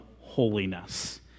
holiness